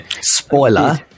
spoiler